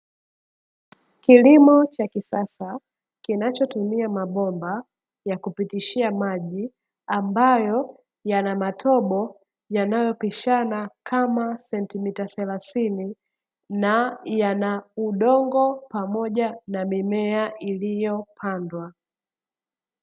Kilimo cha kisasa kinacho tumia mabomba ya kupitishia maji ambayo yanamatobo yanayo pishana kama sentimita thelathini, na yana udongo pamoja na mimea iliyopandwa.